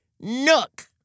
nook